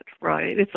right